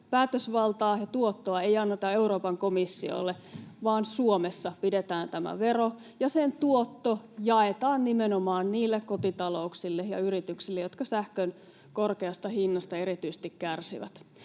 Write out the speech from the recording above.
päätösvaltaa ja tuottoa ei anneta Euroopan komissiolle, vaan pidetään Suomessa tämä vero, ja sen tuotto jaetaan nimenomaan niille kotitalouksille ja yrityksille, jotka sähkön korkeasta hinnasta erityisesti kärsivät.